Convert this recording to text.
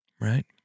Right